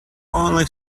only